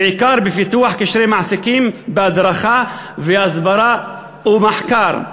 בעיקר בפיתוח קשרי מעסיקים בהדרכה והסברה ומחקר,